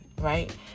right